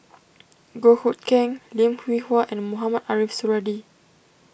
Goh Hood Keng Lim Hwee Hua and Mohamed Ariff Suradi